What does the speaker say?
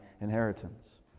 inheritance